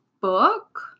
book